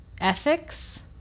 ethics